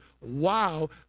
wow